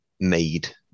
made